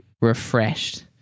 refreshed